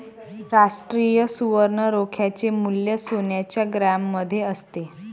राष्ट्रीय सुवर्ण रोख्याचे मूल्य सोन्याच्या ग्रॅममध्ये असते